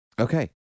Okay